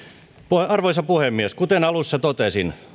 arvoisa puhemies kuten alussa totesin